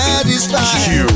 Satisfied